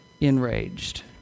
enraged